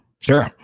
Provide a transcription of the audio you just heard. Sure